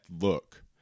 look